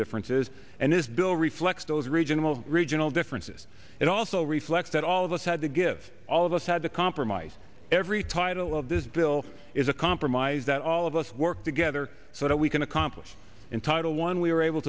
differences and this bill reflects those regional regional differences it also reflects that all of us had to give all of us had to compromise every title of this bill is a compromise that all of us work together so that we can accomplish in title one we were able